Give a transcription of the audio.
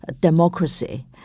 democracy